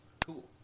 Cool